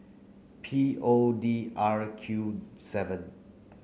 P O D R Q seven